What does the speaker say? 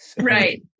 Right